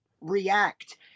react